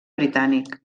britànic